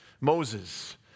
Moses